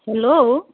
hello